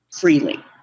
freely